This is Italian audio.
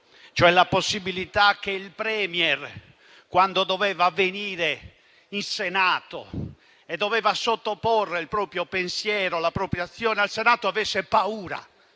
È la possibilità che il *Premier*, quando doveva venire in Senato a sottoporre il proprio pensiero e la propria azione, avesse paura